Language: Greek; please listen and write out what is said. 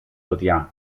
φωτιά